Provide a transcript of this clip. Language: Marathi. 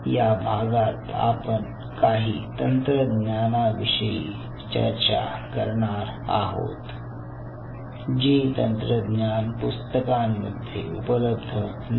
या भागात आपण काही तंत्रज्ञानाविषयी चर्चा करणार आहोत जे तंत्रज्ञान पुस्तकांमध्ये उपलब्ध नाही